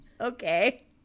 okay